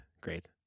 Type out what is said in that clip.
Great